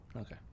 Okay